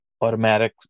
automatic